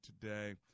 today